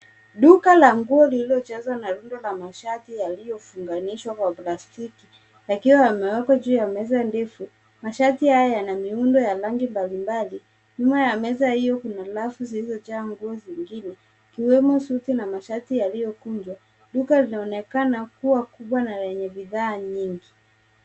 Duka la nguo lililojazwa na rundo la mashati yaliyofunganishwa kwa plastiki yakiwa yamewekwa juu ya meza ndefu. Mashati haya yana miundo ya rangi mbalimbali. Nyuma ya meza hiyo kuna rafu zilizojazwa nguo zingine, ikiwemo suti na mashati yaliyokunjwa. Duka linaonekana kuwa kubwa na lenye bidhaa nyingi.